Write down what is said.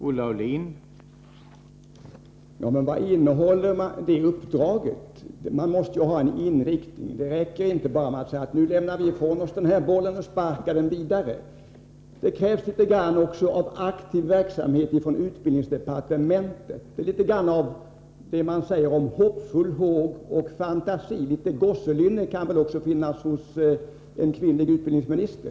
Herr talman! Vad innehåller det uppdraget? Det måste ha en inriktning. Det räcker inte med att bara säga att man lämnar ifrån sig bollen och sparkar den vidare. Det krävs också litet av aktiv verksamhet från utbildningsdepartementet, litet ”hoppfull håg och fantasi”. Något av gosselynne kan väl finnas även hos en kvinnlig utbildningsminister.